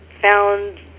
found